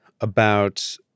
about-